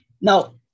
now